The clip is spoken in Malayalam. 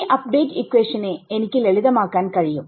ഈ അപ്ഡേറ്റ് ഇക്വേഷനെ എനിക്ക് ലളിതമാക്കാൻ കഴിയും